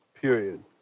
period